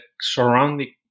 surrounding